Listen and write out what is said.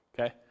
okay